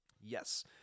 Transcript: Yes